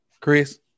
Chris